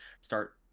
start